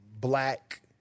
black